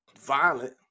violent